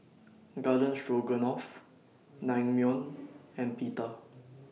Garden Stroganoff Naengmyeon and Pita